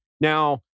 Now